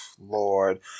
Lord